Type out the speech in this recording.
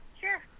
Sure